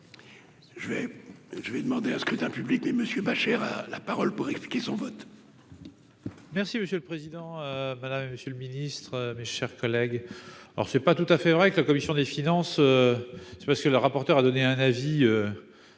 je vais demander un scrutin public et monsieur ma chère à la parole pour expliquer son vote. Merci monsieur le président, madame, monsieur le ministre, mes chers collègues, alors c'est pas tout à fait vrai que la commission des finances, c'est parce que le rapporteur a donné un avis